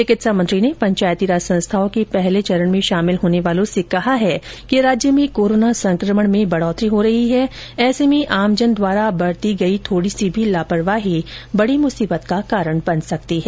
चिकित्सा मंत्री ने पंचायती राज संस्थाओं के पहले चरण में शामिल होने वालों से कहा कि राज्य में कोरोना संक्रमण में बढ़ोतरी हो रही है ऐसे में आमजन द्वारा बरती थोड़ी भी लापरवाही बड़ी मुसीबत का कारण बन सकती है